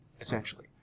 essentially